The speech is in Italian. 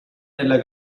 nella